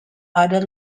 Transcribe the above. other